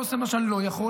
לא עושה מה שאני לא יכול.